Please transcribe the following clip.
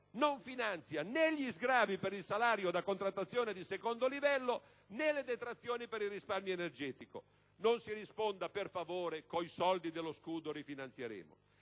Non finanzia né gli sgravi per il salario da contrattazione di secondo livello, né le detrazioni per il risparmio energetico. Non si risponda, per favore: «coi soldi dello scudo, rifinanzieremo»,